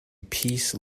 peace